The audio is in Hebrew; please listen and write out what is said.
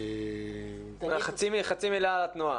חצי מילה על התנועה.